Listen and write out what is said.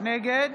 נגד